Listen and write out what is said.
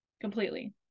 Completely